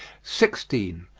sixteen.